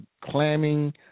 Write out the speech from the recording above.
clamming